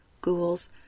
ghouls